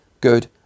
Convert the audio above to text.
good